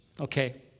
Okay